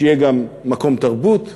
שיהיה גם מקום תרבות.